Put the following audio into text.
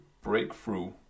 Breakthrough